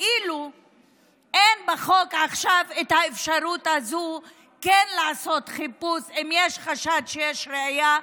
כאילו אין עכשיו אפשרות בחוק לעשות חיפוש אם יש חשד שיש ראיה,